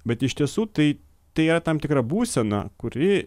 bet iš tiesų tai tai yra tam tikra būsena kuri